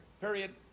Period